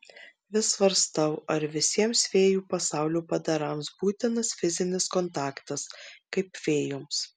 vis svarstau ar visiems fėjų pasaulio padarams būtinas fizinis kontaktas kaip fėjoms